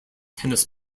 tennis